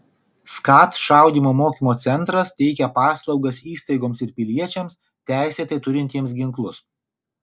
skat šaudymo mokymo centras teikia paslaugas įstaigoms ir piliečiams teisėtai turintiems ginklus